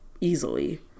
easily